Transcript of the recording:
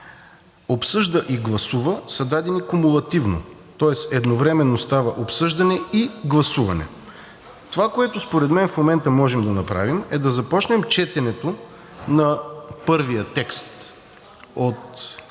„Обсъжда и гласува“ са дадени кумулативно, тоест едновременно става обсъждане и гласуване. Това, което според мен в момента можем да направим, е да започнем четенето на първия текст от второто